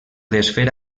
desfer